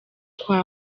kwa